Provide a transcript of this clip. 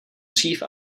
dřív